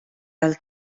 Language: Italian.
dal